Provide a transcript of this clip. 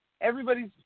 Everybody's